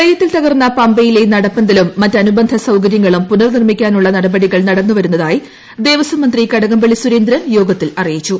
പ്രളയത്തിൽ തകർന്ന പമ്പയിലെ നടപ്പന്തലും മറ്റ് അനുബന്ധ സൌകര്യങ്ങളും പുനർനിർമിക്കാനുള്ള നടപടികൾ നടന്നുവരുന്നതായി ദേവസ്വംമന്ത്രി കടകംപള്ളി സുരേന്ദ്രൻ യോഗത്തിൽ അറിയിച്ചു